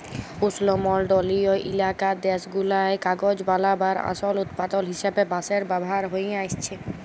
উস্লমলডলিয় ইলাকার দ্যাশগুলায় কাগজ বালাবার আসল উৎপাদল হিসাবে বাঁশের ব্যাভার হঁয়ে আইসছে